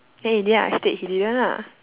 then in the end I stayed he didn't lah